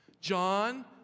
John